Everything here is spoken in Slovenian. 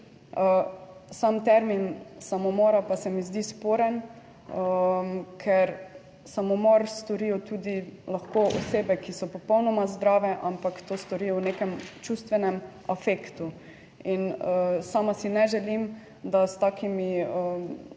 Sam términ samomora pa se mi zdi sporen, ker samomor storijo tudi lahko osebe, ki so popolnoma zdrave, ampak to storijo v nekem čustvenem afektu, in sama si ne želim, da s takimi